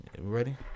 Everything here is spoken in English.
Ready